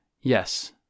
Yes